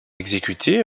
exécuté